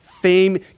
fame